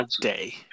day